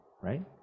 right